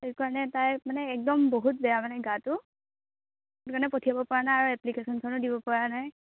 সেইটো কাৰণে তাইৰ মানে একদম বহুত বেয়া মানে গাটো সেইটো কাৰণে পঠিয়াব পৰা নাই আৰু এপ্লিকেশ্যনখনো দিব পৰা নাই